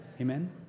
Amen